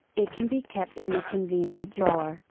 it can be kept in a convenient drawer,